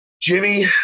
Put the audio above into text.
Jimmy